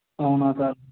అవునా సార్